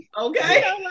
Okay